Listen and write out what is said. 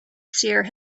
seer